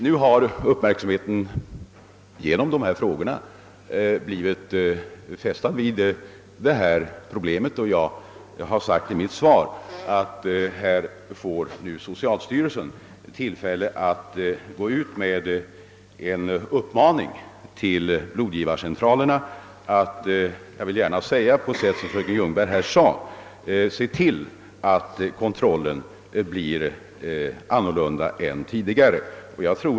Nu har uppmärksamheten genom dessa två enkla frågor som ställts blivit riktad på problemet, och jag har i mitt svar meddelat att socialstyrelsen kommer att uppmana blodgivarcentralerna att göra en kontroll. Jag vill gärna använda samma ord som fröken Ljungberg och säga, att kontrollen bör bli annorlunda än tidigare.